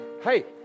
Hey